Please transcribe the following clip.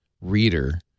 Reader